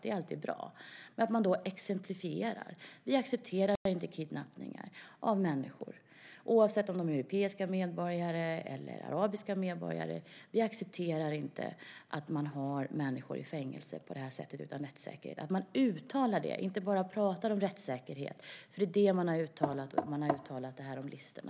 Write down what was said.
Det är alltid bra, men man skulle kunna exemplifiera: Vi accepterar inte kidnappningar av människor, oavsett om de är europeiska medborgare eller arabiska medborgare, vi accepterar inte att man har människor i fängelse på det här sättet utan rättssäkerhet. Man skulle kunna uttala det och inte bara prata om rättssäkerhet, för det är det man har uttalat, och man har uttalat sig om listorna.